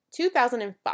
2005